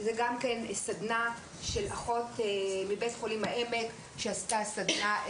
סדנה של אחות מבית חולים העמק לאוכלוסייה